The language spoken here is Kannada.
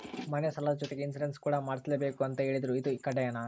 ಮನೆ ಸಾಲದ ಜೊತೆಗೆ ಇನ್ಸುರೆನ್ಸ್ ಕೂಡ ಮಾಡ್ಸಲೇಬೇಕು ಅಂತ ಹೇಳಿದ್ರು ಇದು ಕಡ್ಡಾಯನಾ?